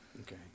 Okay